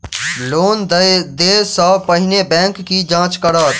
Loan देय सा पहिने बैंक की जाँच करत?